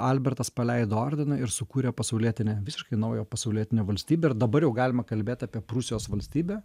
albertas paleido ordiną ir sukūrė pasaulietinę visiškai naują pasaulietinę valstybę ir dabar jau galima kalbėt apie prūsijos valstybę